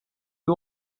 you